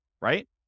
right